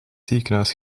ziekenhuis